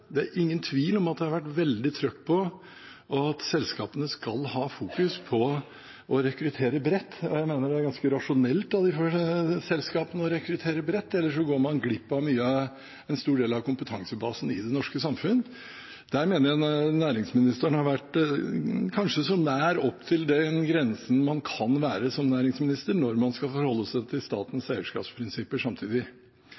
Det er ingen tvil om at det har vært veldig trøkk på at selskapene skal fokusere på å rekruttere bredt, og jeg mener det er ganske rasjonelt av selskapene å rekruttere bredt, ellers går man glipp av en stor del av kompetansebasen i det norske samfunn. Der mener jeg at næringsministeren kanskje har vært så nær opp til den grensen man kan være som næringsminister når man skal forholde seg til